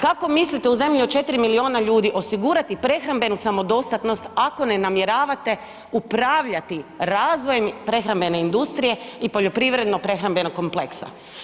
Kako mislite u zemlji od 4 milijuna ljudi osigurati prehrambenu samodostatnost ako ne namjeravate upravljati razvojem prehrambene industrije i poljoprivredno-prehrambenog kompleksa.